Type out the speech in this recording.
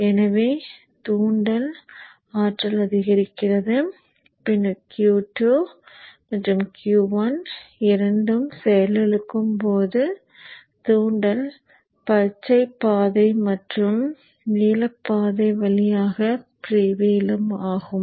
எனவே தூண்டல் ஆற்றல் அதிகரிக்கிறது பின்னர் Q2 மற்றும் Q1 இரண்டும் செயலிழக்கும் போது தூண்டல் பச்சை பாதை மற்றும் நீல பாதை வழியாக ஃப்ரீவீலிங் ஆகும்